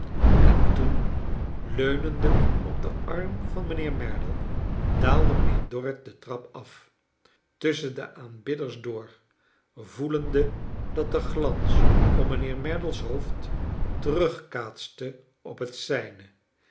en toen leunende op den arm van mijnheer merdle daalde mijnheer dorrit de trap af tusschen de aanbidders door voelende dat de glans om mijnheer merdle's hoofd terugkaatste op het zijne